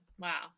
Wow